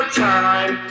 time